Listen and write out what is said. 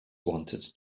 wanted